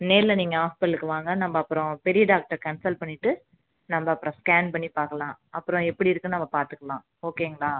நேரில் நீங்கள் ஹாஸ்ப்பிட்டலுக்கு வாங்க நம்மஅப்புறம் பெரிய டாக்டர் கன்சல்ட் பண்ணிவிட்டு நம்ப அப்புறோம் ஸ்கேன் பண்ணி பார்க்கலாம் அப்புறம் எப்படி இருக்குதுன்னு நம்ம பார்த்துக்கலாம் ஓகேங்களா